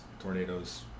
tornadoes